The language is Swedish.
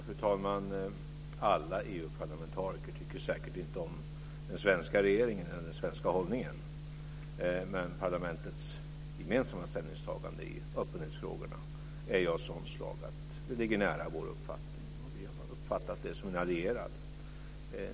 Fru talman! Alla EU-parlamentariker tycker säkert inte om den svenska regeringen eller den svenska hållningen. Men parlamentets gemensamma ställningstagande i öppenhetsfrågorna är ju av sådant slag att det ligger nära vår uppfattning. Vi har uppfattat parlamentet som en allierad.